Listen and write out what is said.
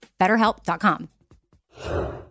BetterHelp.com